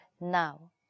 Now